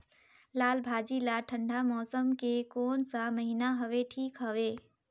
लालभाजी ला ठंडा मौसम के कोन सा महीन हवे ठीक हवे?